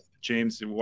James